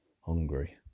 hungry